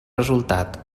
resultat